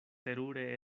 terure